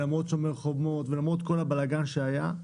למרות "שומר חומות" וכל הבלגן שהיה,